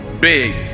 big